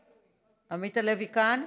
עמית הלוי כאן?